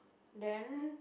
then